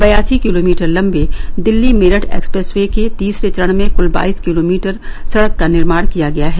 बयासी किलोमीटर लंबे Delhi Meerut expressway के तीसरे चरण में कूल बाईस किलोमीटर सड़क का निर्माण किया गया है